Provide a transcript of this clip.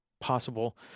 possible